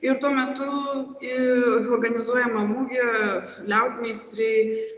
ir tuo metu į organizuojamą mugę liaudmeistriai